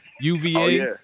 UVA